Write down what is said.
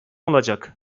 olacak